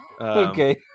Okay